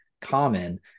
common